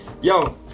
Yo